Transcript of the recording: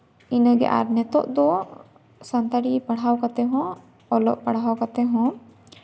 ᱤᱱᱟᱹᱜᱮ ᱟᱨ ᱱᱤᱛᱚᱜ ᱫᱚ ᱥᱟᱱᱛᱟᱲᱤ ᱯᱟᱲᱦᱟᱣ ᱠᱟᱛᱮᱜ ᱦᱚᱸ ᱚᱞᱚᱜ ᱯᱟᱲᱦᱟᱣ ᱠᱟᱛᱮᱜ ᱦᱚᱸ